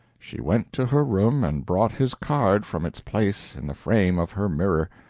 she went to her room and brought his card from its place in the frame of her mirror,